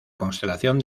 constelación